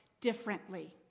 differently